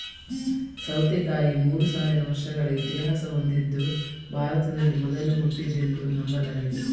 ಸೌತೆಕಾಯಿ ಮೂರು ಸಾವಿರ ವರ್ಷಗಳ ಇತಿಹಾಸ ಹೊಂದಿದ್ದು ಭಾರತದಲ್ಲಿ ಮೊದಲು ಹುಟ್ಟಿದ್ದೆಂದು ನಂಬಲಾಗಿದೆ